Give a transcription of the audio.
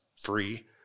free